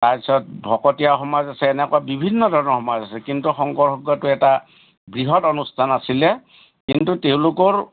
তাৰপিছত ভকতীয়া সমাজ আছে এনেকুৱা বিভিন্ন ধৰণৰ সমাজ আছে কিন্তু শংকৰ সংঘটো এটা বৃহৎ অনুষ্ঠান আছিলে কিন্তু তেওঁলোকৰ